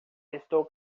estou